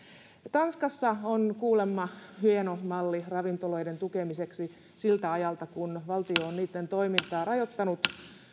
tanskassa on kuulemma hieno malli ravintoloiden tukemiseksi siltä ajalta kun valtio on niitten toimintaa rajoittanut